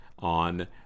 on